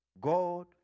God